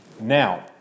Now